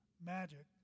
magic